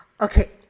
Okay